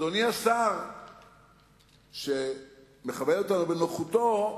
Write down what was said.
אדוני השר שמכבד אותנו בנוכחותו,